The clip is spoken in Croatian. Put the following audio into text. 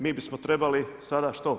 Mi bismo trebali sada što?